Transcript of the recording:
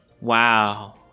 wow